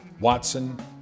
Watson